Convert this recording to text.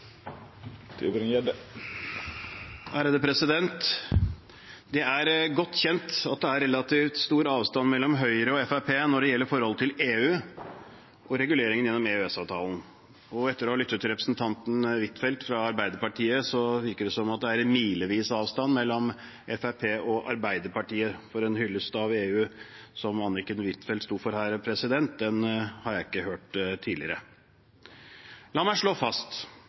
Det er godt kjent at det er relativt stor avstand mellom Høyre og Fremskrittspartiet når det gjelder forholdet til EU og reguleringen gjennom EØS-avtalen. Og etter å ha lyttet til representanten Huitfeldt fra Arbeiderpartiet virker det som om det er milevis avstand mellom Fremskrittspartiet og Arbeiderpartiet, for en hyllest av EU som den Anniken Huitfeldt sto for her, har jeg ikke hørt tidligere. La meg slå fast: